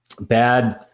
bad